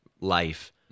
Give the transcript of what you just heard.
life